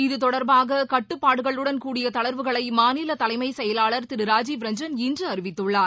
இது தொடர்பாக கட்டுப்பாடுகளுடன் கூடிய தளர்வுகளைமாநிலதலைமைசெயலாளர் திருராஜீவ் ரஞ்சன் இன்றுஅறிவித்துள்ளார்